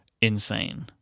insane